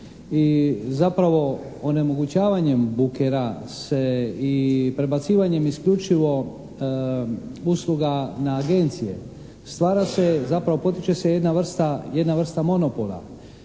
i zapravo onemogućavanjem bukera se i prebacivanjem isključivo usluga na agencije, stvara se, zapravo potiče se jedna vrsta monopola.